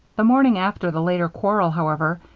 the morning after the later quarrel, however,